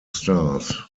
stars